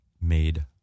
made